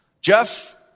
Jeff